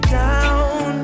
down